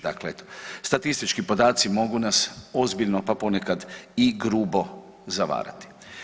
Dakle, statistički podaci mogu nas ozbiljno pa ponekad i grubo zavarati.